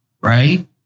right